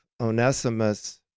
Onesimus